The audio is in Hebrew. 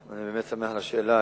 אני באמת שמח על השאלה.